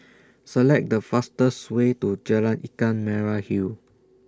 Select The fastest Way to Jalan Ikan Merah Hill